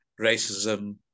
racism